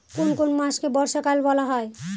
কোন কোন মাসকে বর্ষাকাল বলা হয়?